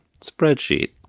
spreadsheet